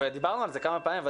דיברנו על זה כמה פעמים.